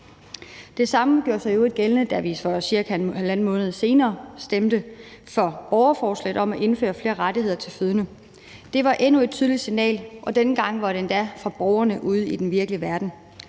Det samme gjorde sig i øvrigt gældende, da vi cirka halvanden måned senere stemte for borgerforslaget om at indføre flere rettigheder til fødende. Det var endnu et tydeligt signal, og denne gang kom det endda fra borgerne ude i den virkelige verden.